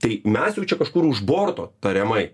tai mes jau čia kažkur už borto tariamai